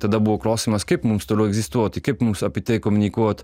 tada buvo klausimas kaip mums toliau egzistuoti kaip mums apie tai komunikuot